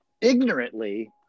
ignorantly